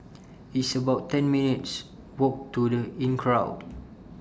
It's about ten minutes' Walk to The Inncrowd